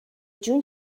جون